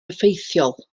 effeithiol